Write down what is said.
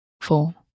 four